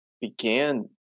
began